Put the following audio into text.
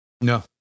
No